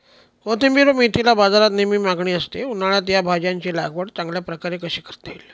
कोथिंबिर व मेथीला बाजारात नेहमी मागणी असते, उन्हाळ्यात या भाज्यांची लागवड चांगल्या प्रकारे कशी करता येईल?